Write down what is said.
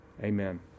Amen